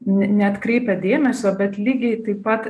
ne neatkreipia dėmesio bet lygiai taip pat